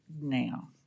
now